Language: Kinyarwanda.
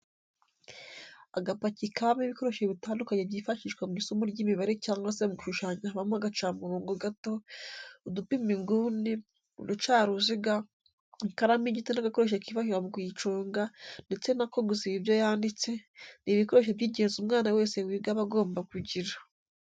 Agapaki kabamo ibikoresho bitandukanye byifashishwa mu isomo ry'imibare cyangwa se mu gushushanya habamo agacamurongo gato, udupima inguni, uducaruziga, ikaramu y'igiti n'agakoresho kifashishwa mu kuyiconga ndetse n'ako gusiba ibyo yanditse, ni ibikoresho by'ingenzi umwana wese wiga aba agomba kugira.